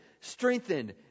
strengthened